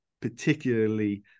particularly